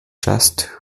just